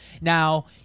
Now